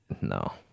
No